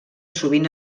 sovint